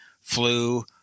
flu